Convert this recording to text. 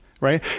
Right